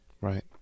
Right